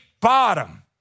Bottom